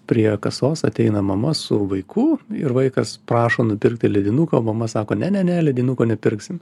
prie kasos ateina mama su vaiku ir vaikas prašo nupirkti ledinuko mama sako ne ne ne ledinuko nepirksim